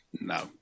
No